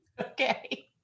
Okay